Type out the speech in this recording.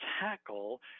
tackle